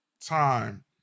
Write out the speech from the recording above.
time